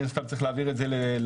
מן הסתם צריך להעביר את זה למשטרה.